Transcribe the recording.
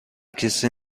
کسی